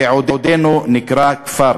ועודנו נקרא כפר.